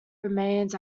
remains